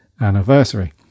anniversary